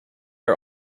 are